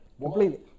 completely